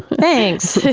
thanks.